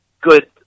good